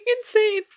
insane